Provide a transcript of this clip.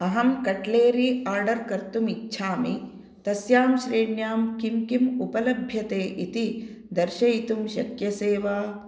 अहं cutlery order कर्तुम् इच्छामि तस्यां श्रेण्यां किं किम् उपलभ्यते इति दर्शयितुं शक्यसे वा